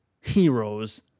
Heroes